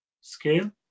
scale